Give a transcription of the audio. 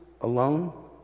alone